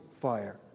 fire